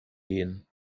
gehen